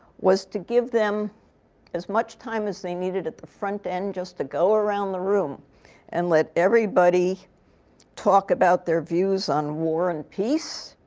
was to give them as much time as they needed at the front end, just to go around the room and let everybody talk about their views on war and peace,